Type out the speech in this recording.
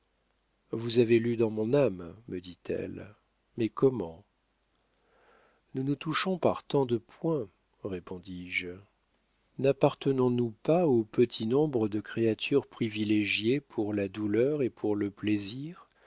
vous avez lu dans mon âme me dit-elle mais comment nous nous touchons par tant de points répondis-je nappartenons nous pas au petit nombre de créatures privilégiées pour la douleur et pour le plaisir